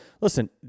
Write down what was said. Listen